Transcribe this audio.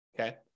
okay